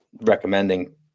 recommending